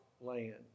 land